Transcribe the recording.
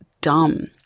dumb